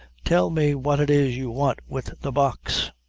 tell me what it is you want wid the box.